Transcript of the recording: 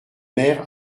mères